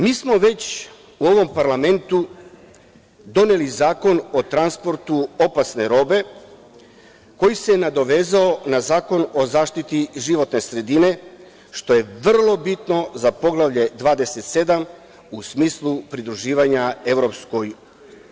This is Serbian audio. Mi smo već u ovom parlamentu doneli Zakon o transportu opasne robe koji se nadovezao na Zakon o zaštiti životne sredine što je vrlo bitno za Poglavlje 27 u smislu pridruživanja EU.